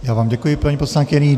Já vám děkuji, paní poslankyně.